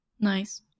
Nice